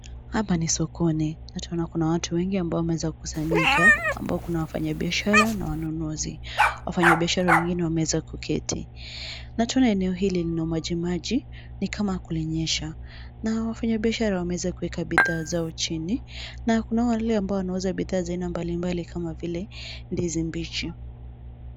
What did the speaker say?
Hapa ni sokoni na tunaona watu wengi ambao wameweza kukusanyika, ambapo kuna wafanyi biashara na wanunuzi. Wafanyi biashara wengine wameweza kuketi, na tunaona eneo hili lina maji maji, ni kama kulinyesha na wafanyi biashara wameweza kuweka bidhaa zao chini na kuna wale ambao wanaouza bidhaa mbali mbali kama vile ndizi mbichi.